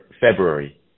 February